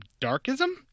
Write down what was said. Darkism